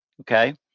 okay